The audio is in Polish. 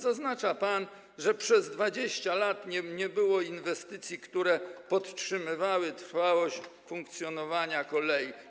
Zaznacza pan, że przez 20 lat nie było inwestycji, które podtrzymywały trwałość funkcjonowania kolei.